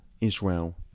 Israel